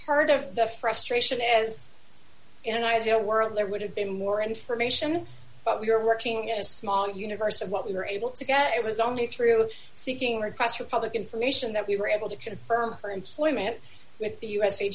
part of the frustration as in an ideal world there would have been more information but we were working at a small universe of what we were able to get it was only through seeking requests for public information that we were able to confirm for employment with the u